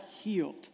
healed